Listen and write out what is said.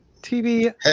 TV